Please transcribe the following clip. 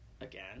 Again